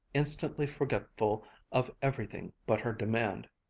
instantly forgetful of everything but her demand.